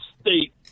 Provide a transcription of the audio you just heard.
state